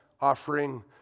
offering